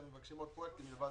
אתם מבקשים עוד פרויקטים.